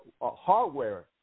hardware